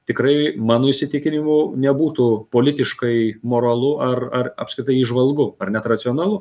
tikrai mano įsitikinimu nebūtų politiškai moralu ar ar apskritai įžvalgu ar net racionalu